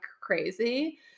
crazy